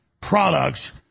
products